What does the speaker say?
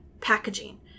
packaging